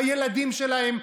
בילדים שלהם,